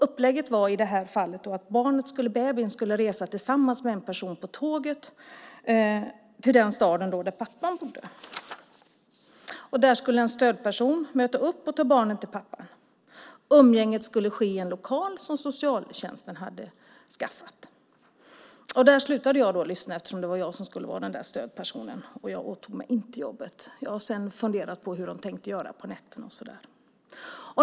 Upplägget i det här fallet var att babyn tillsammans med en person skulle resa med tåg till den stad där pappan bodde. Där skulle en stödperson möta upp och ta barnet till pappan. Umgänget skulle ske i en lokal som socialtjänsten hade skaffat fram. Där slutade jag lyssna eftersom det var jag som skulle vara stödpersonen. Jag åtog mig inte det jobbet. Jag har senare funderat på hur de tänkte göra på nätterna.